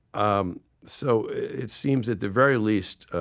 um so it seems at the very least